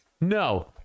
no